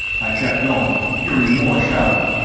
i kept going, hearing more shouting.